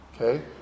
okay